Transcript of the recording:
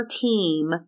team